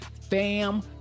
fam